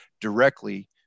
directly